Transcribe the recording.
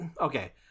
Okay